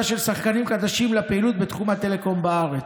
של שחקנים חדשים לפעילות בתחום הטלקום בארץ.